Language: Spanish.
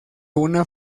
una